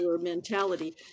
mentality